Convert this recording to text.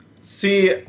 See